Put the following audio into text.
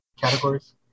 Categories